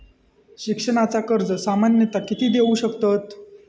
शिक्षणाचा कर्ज सामन्यता किती देऊ शकतत?